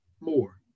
more